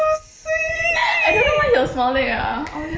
I don't know why he was smiling ah I was just like